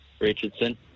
Richardson